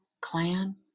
clan